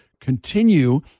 continue